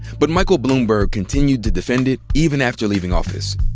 but michael bloomberg continued to defend it, even after leaving office.